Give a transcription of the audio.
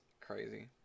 crazy